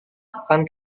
akan